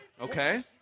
Okay